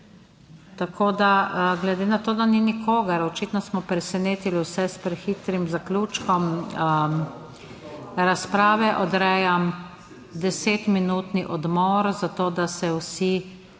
Tako da glede na to, da ni nikogar, očitno smo presenetili vse s prehitrim zaključkom razprave odrejam deset minutni odmor za to, da se vsi